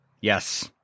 Yes